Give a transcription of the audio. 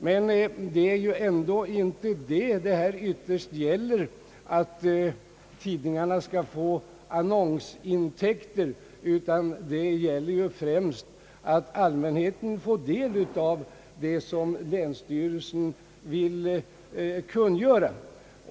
Men det är ändå inte den saken det ytterst gäller — att tidningarna skall få annonsintäkter — utan det är ju främst att allmänheten verkligen skall få del av vad länsstyrelsen vill kungöra.